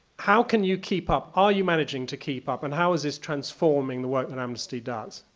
how can you keep up? are you managing to keep up? and how is this transforming the work that amnesty does?